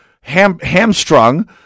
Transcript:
hamstrung